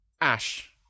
Ash